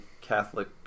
Catholic